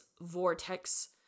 vortex